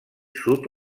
sud